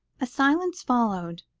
a silence followed,